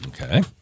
Okay